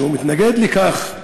שהוא מתנגד לכך.